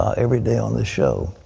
every day on the show.